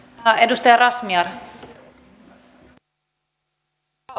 arvoisa rouva puhemies